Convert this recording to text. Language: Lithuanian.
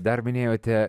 dar minėjote